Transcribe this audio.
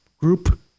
group